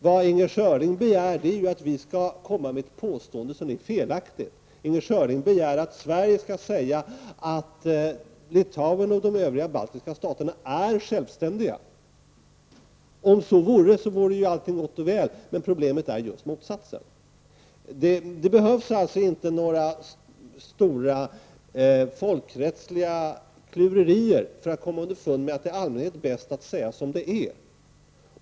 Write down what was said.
Vad Inger Schörling begär är att vi skall göra ett påstående som är felaktigt. Inger Schörling begär att Sverige skall säga att Litauen och de övriga baltiska staterna är självständiga. Om så vore fallet, skulle allt vara gott och väl. Men problemet är att så inte är fallet. Det behövs alltså inte några stora folkrättsliga klurerier för att man skall kunna komma underfund med att det i allmänhet är bäst att säga som det är.